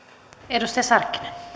arvoisa